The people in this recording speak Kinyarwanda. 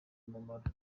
umumaro